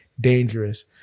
dangerous